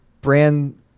brand